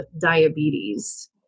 diabetes